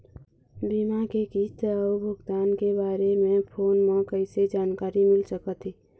बीमा के किस्त अऊ भुगतान के बारे मे फोन म कइसे जानकारी मिल सकत हे?